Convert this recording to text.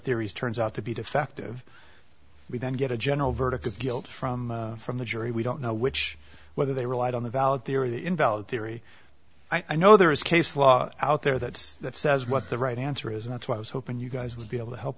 theories turns out to be defective we then get a general verdict of guilt from from the jury we don't know which whether they relied on the valid theory invalid theory i know there is case law out there that says what the right answer is and that's why i was hoping you guys would be able to help